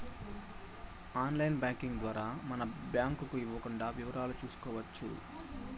online banking ద్వారా మనం bank ఇవ్వకుండా వివరాలు చూసుకోవచ్చు